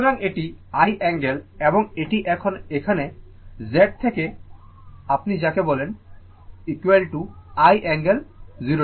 সুতরাং এটি i angle এবং এটি এখন আসছে Z যাকে আপনি বলেন i অ্যাঙ্গেল 0o